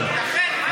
לכן, לא.